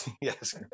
Yes